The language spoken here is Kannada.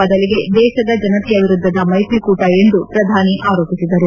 ಬದಲಿಗೆ ದೇಶದ ಜನತೆಯ ವಿರುದ್ದದ ಮೈತ್ರಿಕೂಟ ಎಂದು ಪ್ರಧಾನಿ ಆರೋಪಿಸಿದರು